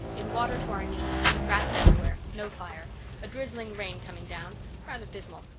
in water to our knees. rats everywhere no fire a drizzling rain coming down rather dismal.